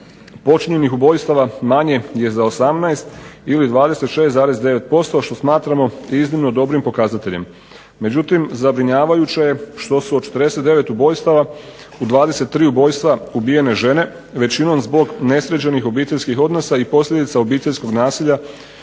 počinjenih ubojstava manje je za 18 ili 26,9% što smatramo iznimno dobrim pokazateljem. Međutim, zabrinjavajuće je što su od 49 ubojstava u 23 ubojstva ubijene žene većinom zbog nesređenih obiteljskih odnosa i posljedica obiteljskog nasilja.